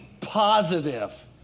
positive